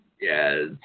yes